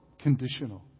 conditional